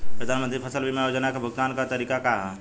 प्रधानमंत्री फसल बीमा योजना क भुगतान क तरीकाका ह?